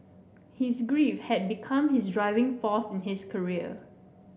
his grief had become his driving force in his career